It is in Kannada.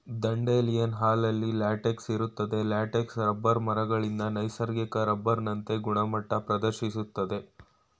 ದಂಡೇಲಿಯನ್ ಹಾಲಲ್ಲಿ ಲ್ಯಾಟೆಕ್ಸ್ ಇರ್ತದೆ ಲ್ಯಾಟೆಕ್ಸ್ ರಬ್ಬರ್ ಮರಗಳಿಂದ ನೈಸರ್ಗಿಕ ರಬ್ಬರ್ನಂತೆ ಗುಣಮಟ್ಟ ಪ್ರದರ್ಶಿಸ್ತದೆ